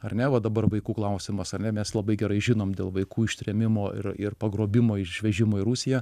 ar ne va dabar vaikų klausimas ar ne mes labai gerai žinom dėl vaikų ištrėmimo ir ir pagrobimo išvežimo į rusiją